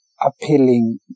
appealing